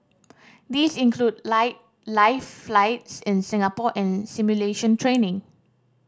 these include lie live flights in Singapore and simulation training